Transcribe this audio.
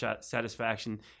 satisfaction